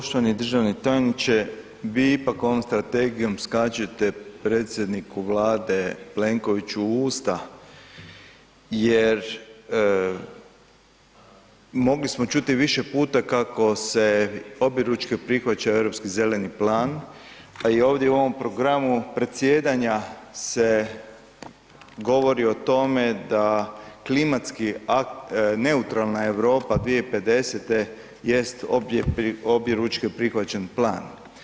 Poštovani državni tajniče, vi ipak ovom strategijom skačete predsjedniku Vlade Plenkoviću u usta jer mogli smo čuti više puta kako se objeručke europski zeleni plan a i ovdje u ovom programu predsjedanja se govori o tome da klimatski neutralna Europa 2050. je objeručke prihvaćen plan.